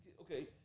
Okay